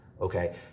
okay